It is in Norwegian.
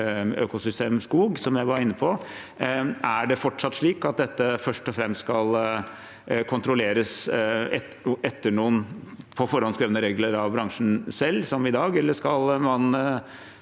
økosystemet skog, som jeg var inne på. Er det fortsatt slik at dette først og fremst skal kontrolleres etter noen på forhånd skrevne regler av bransjen selv, som i dag, eller skal